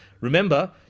Remember